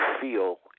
feel